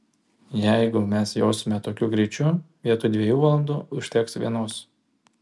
jeigu mes josime tokiu greičiu vietoj dviejų valandų užteks vienos